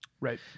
Right